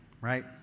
right